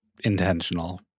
intentional